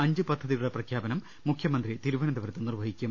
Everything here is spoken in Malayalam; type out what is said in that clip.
അഞ്ച് പദ്ധതികളുടെ പ്രഖ്യാപനം മുഖ്യമിന്തി തിരുവന്തപുരത്ത് നിർവഹിക്കും